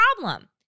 problem